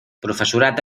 professorat